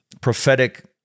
prophetic